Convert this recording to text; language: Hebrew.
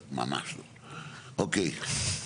אוקיי.